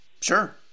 Sure